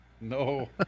no